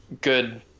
good